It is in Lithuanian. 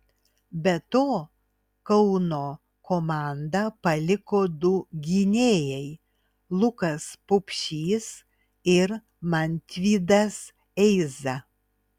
be to kauno komandą paliko du gynėjai lukas pupšys ir mantvydas eiza